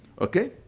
Okay